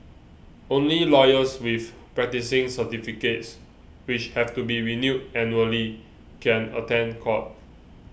only lawyers with practising certificates which have to be renewed annually can attend court